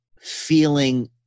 feeling